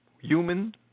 human